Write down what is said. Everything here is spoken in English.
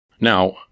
Now